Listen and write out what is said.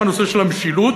עם הנושא של המשילות.